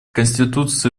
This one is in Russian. конституции